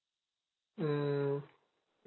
mm